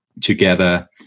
together